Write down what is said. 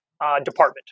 department